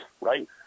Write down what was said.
Right